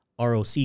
ROC